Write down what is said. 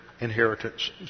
inheritance